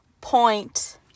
point